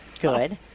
Good